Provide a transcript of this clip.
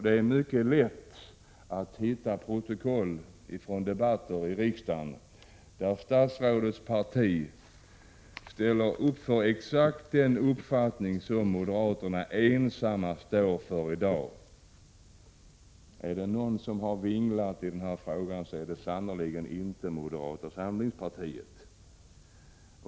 Det är mycket lätt att hitta protokoll från debatter i riksdagen där statsrådets parti ställer upp för exakt den uppfattning som moderaterna ensamma står för i dag. Är det någon som har vinglat i denna fråga är det sannerligen inte moderata samlingspartiet.